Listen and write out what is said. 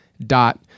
dot